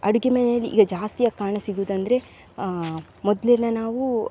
ಅಡುಗೆ ಮನೆಯಲ್ಲಿ ಈಗ ಜಾಸ್ತಿಯಾಗಿ ಕಾಣ ಸಿಗುವುದಂದ್ರೆ ಮೊದಲೆಲ್ಲ ನಾವು